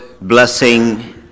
blessing